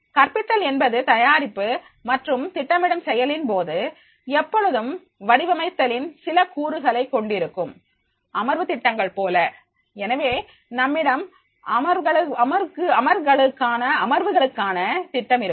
கற்பித்தல் என்பது தயாரிப்பு மற்றும் திட்டமிடும் செயலின் போது எப்பொழுதும் வடிவமைத்தலின் சில கூறுகளை கொண்டிருக்கும் அமர்வு திட்டங்கள் போல எனவே நம்மிடம் அமர்வுகளுக்கான திட்டமிருக்கும்